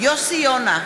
יוסי יונה,